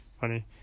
funny